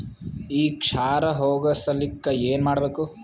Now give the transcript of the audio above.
ಈ ಕ್ಷಾರ ಹೋಗಸಲಿಕ್ಕ ಏನ ಮಾಡಬೇಕು?